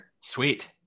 Sweet